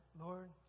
Lord